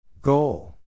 Goal